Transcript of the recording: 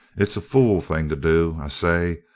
it's a fool thing to do, i say.